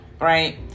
Right